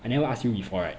I never ask you before right